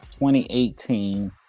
2018